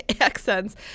accents